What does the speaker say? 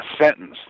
sentence